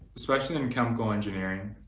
especially in chemical engineering